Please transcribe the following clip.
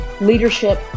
leadership